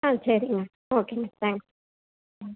ஆ சரிங்க ஓகேங்க தேங்க்ஸ் ம்